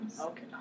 Okay